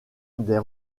des